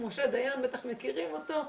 בטח מכירים אותו,